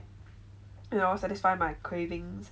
you know satisfy my cravings